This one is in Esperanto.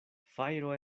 fajro